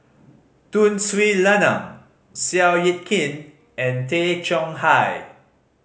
Tun Sri Lanang Seow Yit Kin and Tay Chong Hai